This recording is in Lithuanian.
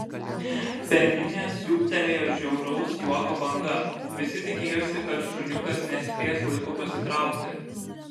per minią siūbtelėjo žiauraus juoko banga visi tikėjosi kad šuniukas nespės laiku pasitraukti